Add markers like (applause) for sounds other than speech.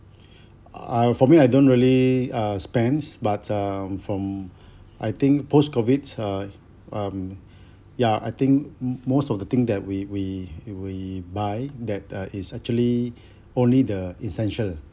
(breath) uh for me I don't really uh spends but um from (breath) I think post-COVID uh um (breath) ya I think mm most of the thing that we we we buy that uh is actually (breath) only the essential